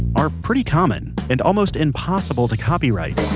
are pretty common, and almost impossible to copyright